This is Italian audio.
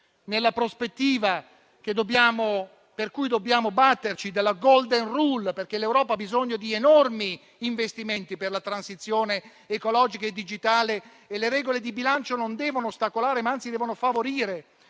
della *golden rule* per la quale dobbiamo batterci, perché l'Europa ha bisogno di enormi investimenti per la transizione ecologica e digitale e le regole di bilancio non devono ostacolare, ma anzi devono favorire